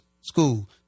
school